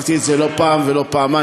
אמרתי את זה לא פעם ולא פעמיים,